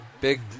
Big